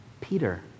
peter